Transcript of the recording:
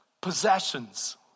Possessions